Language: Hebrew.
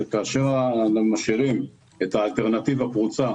שכאשר משאירים את האלטרנטיבה פרוצה